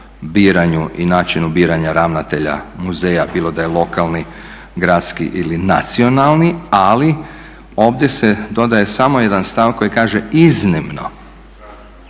biranju i načinu biranja ravnatelja muzeja, bilo da je lokalni, gradski ili nacionalni, ali ovdje se dodaje samo jedan stav koji kaže iznimno